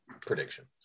prediction